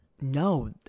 No